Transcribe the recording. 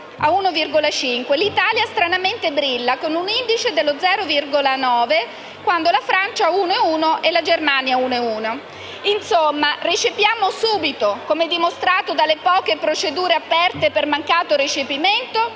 a 1,5; l'Italia stranamente brilla, con un indice dello 0,9; la Francia e la Germania hanno un indice dell'1,1. Insomma, recepiamo subito, come dimostrato dalle poche procedure aperte per mancato recepimento,